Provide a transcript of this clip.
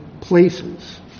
places